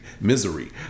misery